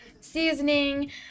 seasoning